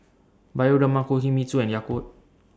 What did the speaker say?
Bioderma Kinohimitsu and Yakult